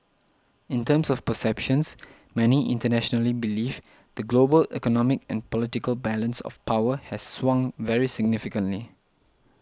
in terms of perceptions many internationally believe the global economic and political balance of power has swung very significantly